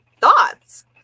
thoughts